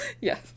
Yes